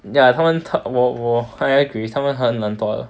ya 他们我我 I agree 他们很懒惰